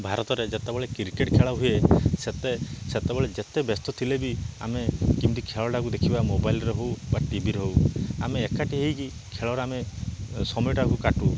ଭାରତରେ ଯେତେବେଳେ କ୍ରିକେଟ ଖେଳ ହୁଏ ସେତେ ସେତେବେଳେ ଯେତେ ବ୍ୟସ୍ତ ଥିଲେ ବି ଆମେ କେମିତି ଖେଳଟାକୁ ଦେଖିବା ମୋବାଇଲରେ ହଉ ବା ଟିଭିରେ ହଉ ଆମେ ଏକାଠି ହେଇକି ଖେଳର ଆମେ ସମୟଟାକୁ କାଟୁ